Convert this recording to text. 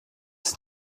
ist